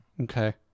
Okay